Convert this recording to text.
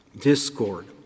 discord